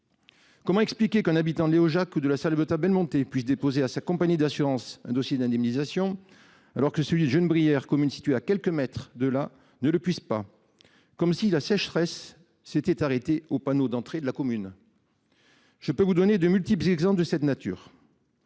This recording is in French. Comment expliquer qu’un habitant de Léojac ou de La Salvetat-Belmontet puisse déposer à sa compagnie d’assurances un dossier d’indemnisation, alors que celui de Génébrières, commune située à quelques mètres de là, ne le puisse pas, comme si la sécheresse s’était arrêtée au panneau d’entrée du village ? Je pourrais vous donner de multiples exemples de cette nature.